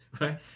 right